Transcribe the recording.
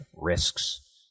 risks